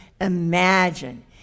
imagine